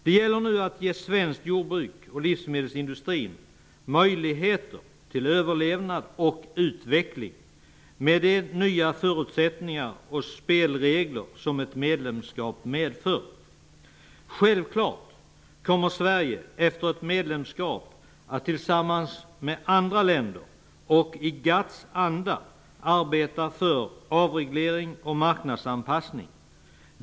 Det gäller nu att ge svenskt jordbruk och svensk livsmedelsindustri möjligheter till överlevnad och utveckling med de nya förutsättningar och spelregler som ett medlemskap medför. Självfallet kommer Sverige efter ett beslut om medlemskap att tillsammans med andra länder och i GATT:s anda arbeta för avreglering och marknadsanpassning.